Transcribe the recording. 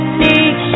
need